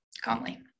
calmly